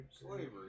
Slavery